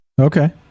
okay